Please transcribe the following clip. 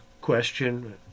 question